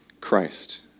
Christ